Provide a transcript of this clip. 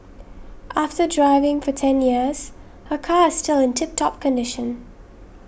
after driving for ten years her car still in tip top condition